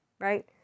right